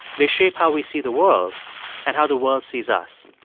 they shape how we see the world and how the world sees us.